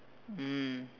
mm